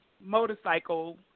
motorcycle